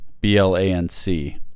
B-L-A-N-C